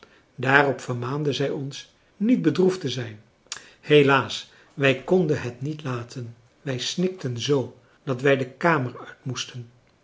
daarop vermaande zij ons niet bedroefd te zijn helaas wij konden het niet laten wij snikten zoo dat wij de kamer uit moesten